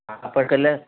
हा त कल्ह